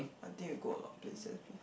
I think you go a lot of places before